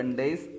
days